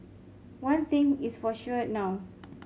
one thing is for sure now